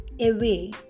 away